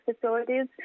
facilities